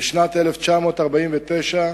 בשנת 1949,